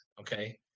okay